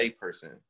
person